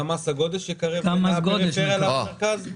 גם מס הגודש יקרב את הפריפריה למרכז?